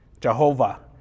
jehovah